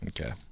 Okay